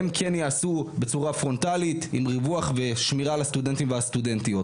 הם כן ייעשו בצורה פרונטלית על ריווח ושמירה על הסטודנטים והסטודנטיות.